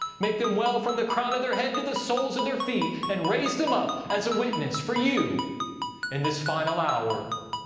make them well from the crown of their head to the soles of their feet, and raise them up as a witness for you in this final hour.